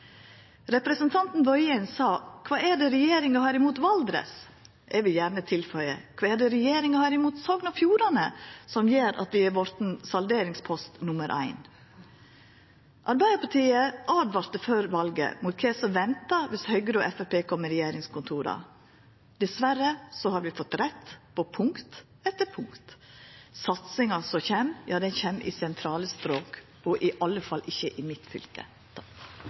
Representanten Tingelstad Wøien spurde kva regjeringa hadde imot Valdres. Eg vil gjerne leggja til: Kva er det regjeringa har imot Sogn og Fjordane, som gjer at vi har vorte salderingspost nr. 1? Arbeidarpartiet åtvara før valet om kva som venta viss Høgre og Framstegspartiet fekk koma inn i regjeringskontora. Dessverre har vi fått rett på punkt etter punkt. Satsinga som kjem, kjem i sentrale strøk, og i alle fall ikkje i mitt fylke.